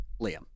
Liam